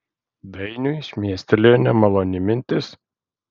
dainiui šmėstelėjo nemaloni mintis